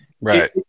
Right